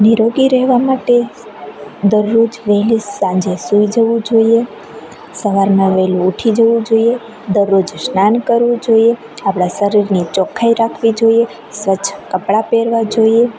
નીરોગી રહેવા માટે દરરોજ વહેલી સાંજે સૂઈ જવું જોઈએ સવારમાં વહેલું ઉઠી જવું જોઈએ દરરોજ સ્નાન કરવું જોઈએ આપણા શરીરની ચોખ્ખાઈ રાખવી જોઈએ સ્વચ્છ કપડાં પહેરવા જોઈએ